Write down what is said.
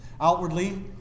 Outwardly